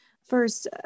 First